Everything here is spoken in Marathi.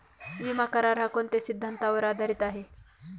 विमा करार, हा कोणत्या सिद्धांतावर आधारीत आहे?